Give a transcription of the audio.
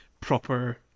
proper